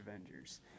Avengers